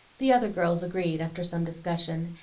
the other girls agreed, after some discussion,